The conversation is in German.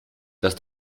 dass